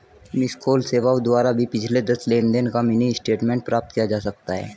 miss call सेवाओं द्वारा भी पिछले दस लेनदेन का मिनी स्टेटमेंट प्राप्त किया जा सकता है